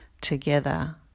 together